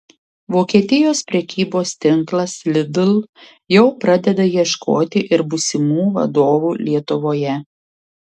vokietijos prekybos tinklas lidl jau pradeda ieškoti ir būsimų vadovų lietuvoje